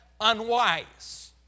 unwise